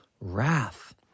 wrath